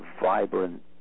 vibrant